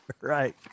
Right